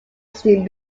seen